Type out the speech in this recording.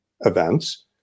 events